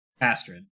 Astrid